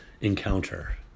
encounter